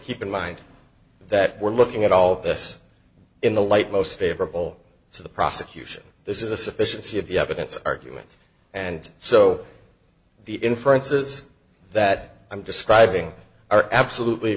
keep in mind that we're looking at all of this in the light most favorable to the prosecution this is a sufficiency of the evidence argument and so the inferences that i'm describing are absolutely